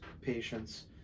patients